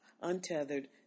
untethered